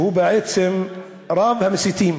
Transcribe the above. שהוא בעצם רב-המסיתים